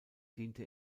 diente